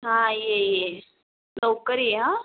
हां ये ये लवकर ये हां